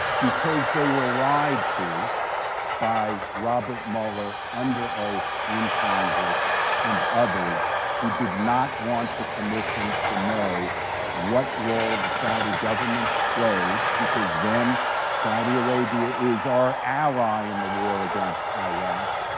because they were lied to by robert mueller under oath in congress and others who did not want the commission to know what role the saudi government played, because then saudi arabia is our ally in the war against iraq,